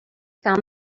found